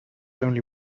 only